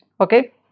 okay